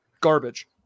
garbage